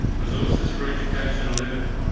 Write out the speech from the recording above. resources for education are limited.